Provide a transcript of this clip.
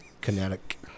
Kinetic